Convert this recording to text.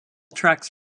tracks